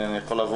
אפס תלונות,